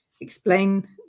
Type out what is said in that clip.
explain